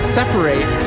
separate